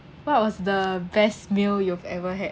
what was the best meal you've ever had